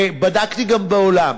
ובדקתי גם בעולם.